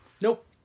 Nope